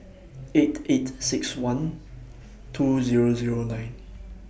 eight eight six one two Zero Zero nine